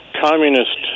communist